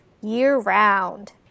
year-round